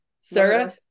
Sarah